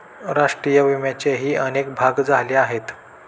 राष्ट्रीय विम्याचेही अनेक भाग झाले आहेत